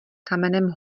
kamenem